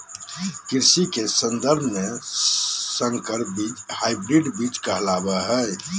कृषि के सन्दर्भ में संकर बीज हायब्रिड बीज कहलाबो हइ